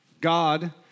God